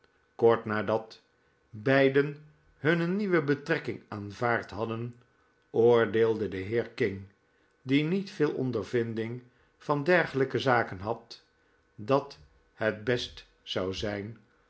kort nadat beiden hunne nieuwe betrekking aanvaard hadden oordeelde de heer king die niet veel ondervinding van dergelijke zaken had dat het best zou zijn